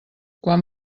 quan